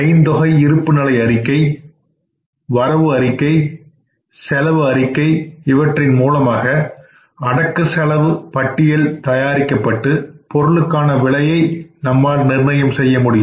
ஐந்தொகை இருப்பு நிலை அறிக்கை வரவு அறிக்கை செலவு அறிக்கை இவற்றின் மூலமாக அடக்கச் செலவு பட்டியல் தயாரிக்கப்பட்டு பொருளுக்கான விலையை நிர்ணயம் செய்ய முடியும்